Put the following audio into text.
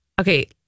Okay